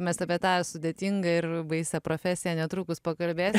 mes apie tą sudėtingą ir baisią profesiją netrukus pakalbėti